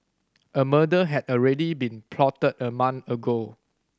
a murder had already been plotted a month ago